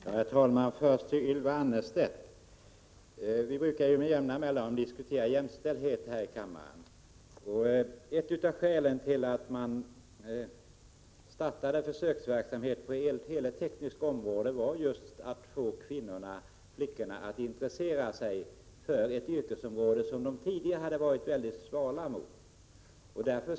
Herr talman! Först till Ylva Annerstedt. Med jämna mellanrum diskuteras ju jämställdhetsfrågor här i kammaren. Ett av skälen till att försöksverksamheten på el—-tele-tekniska området startades var just att flickorna skulle intressera sig för ett yrkesområde som de tidigare hade visat ett mycket svalt intresse för.